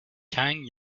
kang